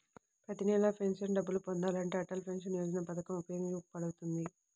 ప్రతి నెలా పెన్షన్ డబ్బులు పొందాలంటే అటల్ పెన్షన్ యోజన పథకం ఉపయోగపడుతుంది